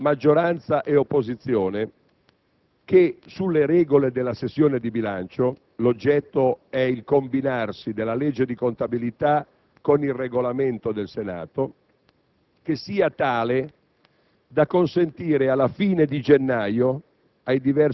una relazione, funzionale ad una discussione tra maggioranza e opposizione, sulle regole della sessione di bilancio (l'oggetto è il combinarsi della legge di contabilità con il Regolamento del Senato),